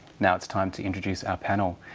now it's time to introduce our panel.